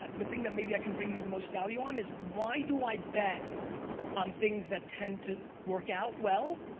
the thing that maybe i can bring you the most value on is why do i bet on things that tend to work out well?